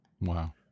Wow